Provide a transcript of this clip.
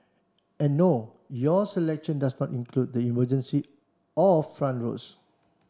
and no your selection does not include the emergency or front rows